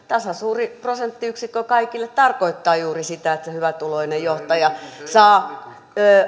tasasuuri prosenttiyksikkö kaikille tarkoittaa juuri sitä että se hyvätuloinen johtaja saa